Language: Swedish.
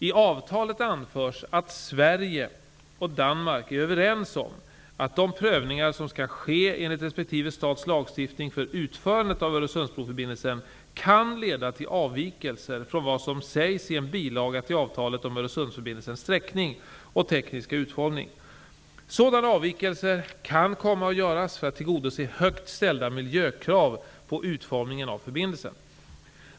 I avtalet anförs att Sverige och Danmark är överens om att de prövningar som skall ske enligt respektive stats lagstiftning för utförandet av Öresundsförbindelsen kan leda till avvikelser från vad som sägs i en bilaga till avtalet om Öresundsförbindelsens sträckning och tekniska utformning. Sådana avvikelser kan komma att göras för att tillgodose högt ställda miljökrav på utformningen av förbindelsen.